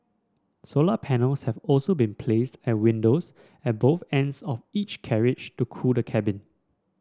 solar panels have also been placed at windows at both ends of each carriage to cool the cabin